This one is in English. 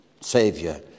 Savior